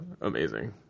amazing